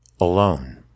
alone